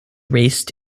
raced